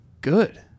good